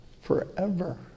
forever